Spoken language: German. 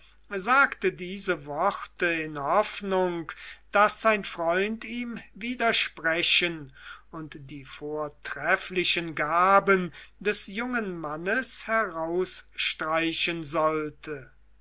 sagte diese worte in hoffnung daß sein freund ihm widersprechen und die vortrefflichen gaben des jungen mannes herausstreichen sollte